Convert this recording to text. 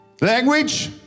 Language